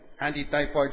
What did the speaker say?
anti-typhoid